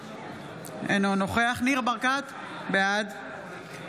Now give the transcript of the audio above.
אינו נוכח ניר ברקת, בעד